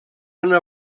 una